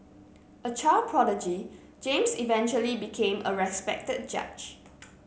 a child prodigy James eventually became a respected judge